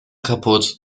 kaputt